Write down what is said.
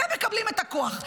אתם מקבלים את הכוח.